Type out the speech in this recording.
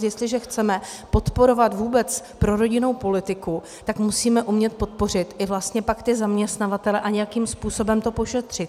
Jestliže chceme podporovat vůbec prorodinnou politiku, tak pak musíme umět podpořit vlastně i ty zaměstnavatele a nějakým způsobem to pošetřit.